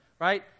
right